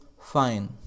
fine